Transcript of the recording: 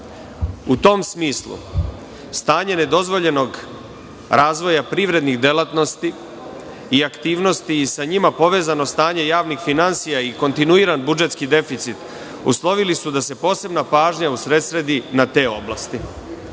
U tom smislu stanje nedozvoljenog razvoja privrednih delatnosti i aktivnosti i sa njima povezano stanje javnih finansija, i kontinuiran budžetski deficit uslovili su da se posebna pažnja usredsredi na te oblasti.